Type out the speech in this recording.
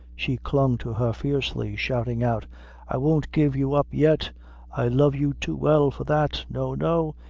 she clung to her fiercely, shouting out i won't give you up yet i love you too well for that no, no,